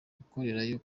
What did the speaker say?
gukorerayo